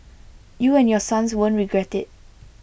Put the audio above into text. you and your sons won't regret IT